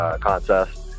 contest